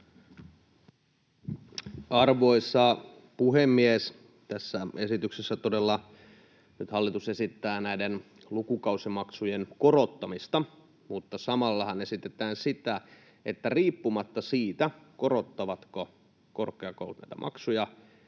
Arvoisa puhemies! Tässä esityksessä todella nyt hallitus esittää lukukausimaksujen korottamista, mutta samallahan esitetään sitä, että riippumatta siitä, korottavatko korkeakoulut näitä maksuja,